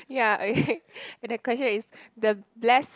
ya okay the question is the best